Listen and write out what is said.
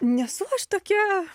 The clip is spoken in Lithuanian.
nesu aš tokia